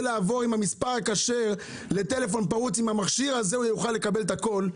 לעבור עם המספר הכשר לטלפון פרוץ עם המכשיר הזה הוא יוכל לקבל את הכול,